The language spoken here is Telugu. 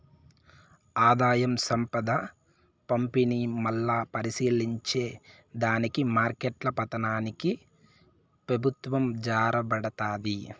ఆదాయం, సంపద పంపిణీ, మల్లా పరిశీలించే దానికి మార్కెట్ల పతనానికి పెబుత్వం జారబడతాది